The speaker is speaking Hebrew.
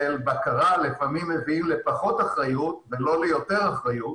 בקרה לפעמים מביאים לפחות אחריות ולא ליותר אחריות.